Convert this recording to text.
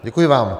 Děkuji vám.